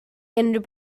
unrhyw